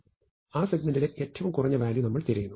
ആ സെഗ്മെന്റിലെ ഏറ്റവും കുറഞ്ഞ വാല്യൂ നമ്മൾ തിരയുന്നു